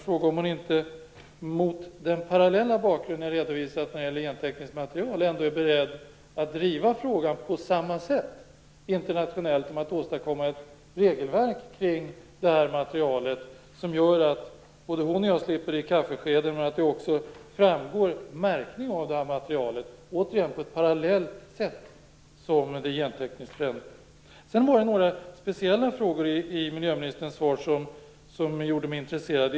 Är hon, mot den parallella bakgrund jag har redovisat när det gäller gentekniskt material, ändå beredd att driva frågan internationellt på samma sätt, dvs. åstadkomma ett regelverk kring materialet? Både hon och jag slipper ha det i kaffeskeden, och det blir en märkning av materialet - parallellt med hur det sker med det gentekniska materialet. Några speciella frågor i miljöministerns svar gjorde mig intresserad.